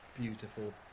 beautiful